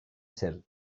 ser